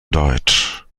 deutsch